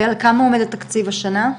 ועל כמה עומד התקציב השנה?